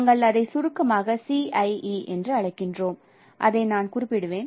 நாங்கள் அதை சுருக்கமாக CIE என்று அழைக்கிறோம் அதை நான் குறிப்பிடுவேன்